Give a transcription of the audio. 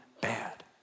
bad